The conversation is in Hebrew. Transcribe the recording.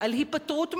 על "היפטרות משומנים",